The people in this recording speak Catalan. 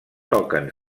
toquen